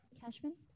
Cashman